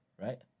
right